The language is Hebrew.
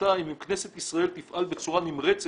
שבעתיים אם כנסת ישראל תפעל בצורה נמרצת